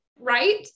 Right